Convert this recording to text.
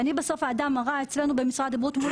אני בסוף האדם הרע אצלנו במשרד הבריאות מול